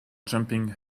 jumping